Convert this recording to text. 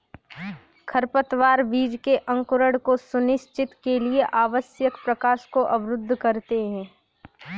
खरपतवार बीज के अंकुरण को सुनिश्चित के लिए आवश्यक प्रकाश को अवरुद्ध करते है